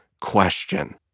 question